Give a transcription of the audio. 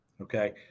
okay